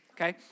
okay